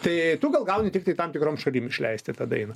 tai tu gal gauni tiktai tam tikrom šalim išleisti tą dainą